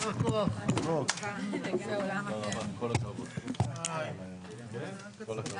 הישיבה ננעלה בשעה 09:42.